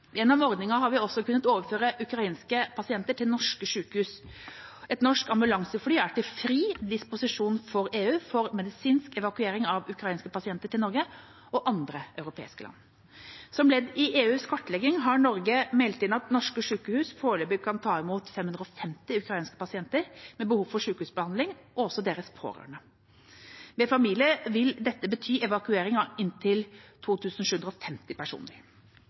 har vi også kunnet overføre ukrainske pasienter til norske sykehus. Et norsk ambulansefly er til fri disposisjon for EU for medisinsk evakuering av ukrainske pasienter til Norge og andre europeiske land. Som ledd i EUs kartlegging har Norge meldt inn at norske sykehus foreløpig kan ta imot rundt 550 ukrainske pasienter med behov for sykehusbehandling, og også deres pårørende. Med familie vil dette bety evakuering av inntil 2 750 personer.